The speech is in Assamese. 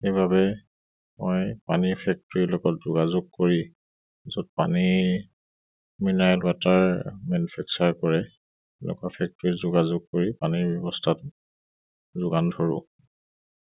সেইবাবে মই পানীৰ ফেক্টৰীৰ লগত যোগাযোগ কৰি য'ত পানীৰ মিনাৰেল ৱাটাৰ মেনফেক্চাৰ কৰে তেনেকুৱা ফেক্টৰীত যোগাযোগ কৰি পানীৰ ব্যৱস্থাটো যোগান ধৰোঁ